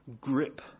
grip